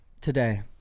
Today